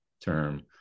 term